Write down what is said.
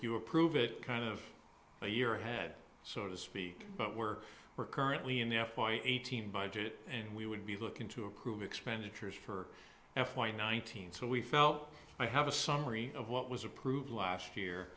you approve it kind of a year ahead so to speak but we're currently in the f y eighteen budget and we would be looking to approve expenditures for f y nineteen so we felt i have a summary of what was approved last year